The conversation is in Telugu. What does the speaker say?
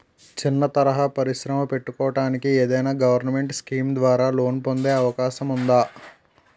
చిన్న తరహా పరిశ్రమ పెట్టుకోటానికి ఏదైనా గవర్నమెంట్ స్కీం ద్వారా లోన్ పొందే అవకాశం ఉందా?